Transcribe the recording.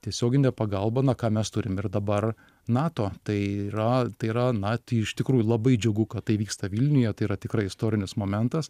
tiesioginė pagalba na ką mes turim ir dabar nato tai yra tai yra na tai iš tikrųjų labai džiugu kad tai vyksta vilniuje tai yra tikrai istorinis momentas